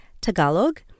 Tagalog